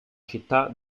città